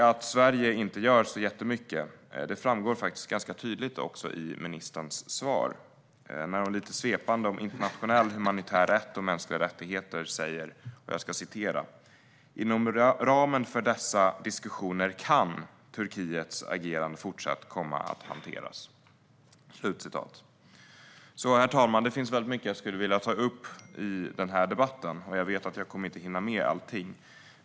Att Sverige inte gör så jättemycket framgår ganska tydligt också i ministerns svar när hon lite svepande om internationell humanitär rätt och mänskliga rättigheter säger: "Inom ramen för dessa diskussioner kan Turkiets agerande fortsatt komma att hanteras." Herr talman! Det finns mycket jag skulle vilja ta upp i den här debatten, och jag vet att jag inte kommer att hinna med allting.